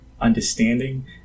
understanding